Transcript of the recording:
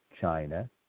China